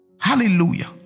Hallelujah